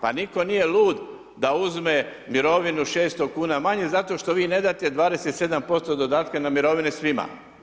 Pa nitko nije lud da uzme mirovinu 600 kn manje, zato što vi ne date 27% dodatka na mirovine svima.